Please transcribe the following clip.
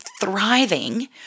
thriving